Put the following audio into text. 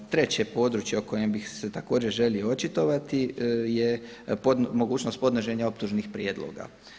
Treće područje o kojem bi se također želio očitovati je mogućnost podnošenja optužnih prijedloga.